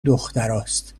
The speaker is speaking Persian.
دختراست